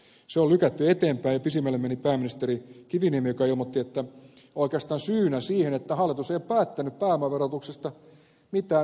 se on lykätty eteenpäin ja pisimmälle meni pääministeri kiviniemi joka ilmoitti että oikeastaan syynä siihen että hallitus ei ole päättänyt pääomaverotuksesta mitään onkin sdp